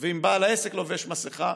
ואם בעל העסק לובש מסכה,